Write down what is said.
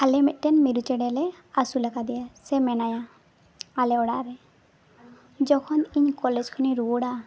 ᱟᱞᱮ ᱢᱤᱫᱴᱮᱱ ᱢᱤᱨᱩ ᱪᱮᱬᱮ ᱞᱮ ᱟᱹᱥᱩᱞᱟᱠᱟᱫᱮᱭᱟ ᱥᱮ ᱢᱮᱱᱟᱭᱟ ᱟᱞᱮ ᱚᱲᱟᱜ ᱨᱮ ᱡᱚᱠᱷᱚᱱ ᱤᱧ ᱠᱚᱞᱮᱡᱽ ᱠᱷᱚᱱ ᱤᱧ ᱨᱩᱣᱟᱹᱲᱟ